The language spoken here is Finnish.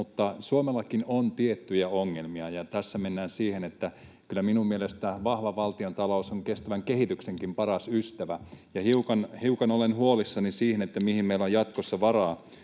mutta Suomellakin on tiettyjä ongelmia, ja tässä mennään siihen, että kyllä minun mielestäni vahva valtiontalous on kestävän kehityksenkin paras ystävä. Hiukan olen huolissani siitä, mihin meillä on jatkossa varaa,